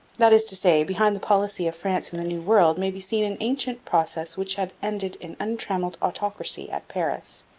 that is to say, behind the policy of france in the new world may be seen an ancient process which had ended in untrammelled autocracy at paris.